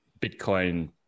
Bitcoin